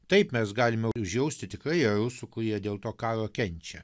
taip mes galim užjausti tikrai yra rusų kurie dėl to karo kenčia